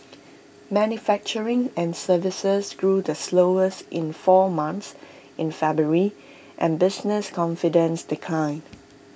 manufacturing and services grew the slowest in four months in February and business confidence declined